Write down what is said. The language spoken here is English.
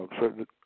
certain